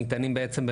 ניתנים בעצם,